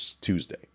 Tuesday